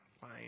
fine